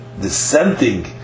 dissenting